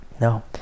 no